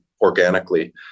organically